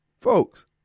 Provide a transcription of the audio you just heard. Folks